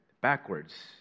backwards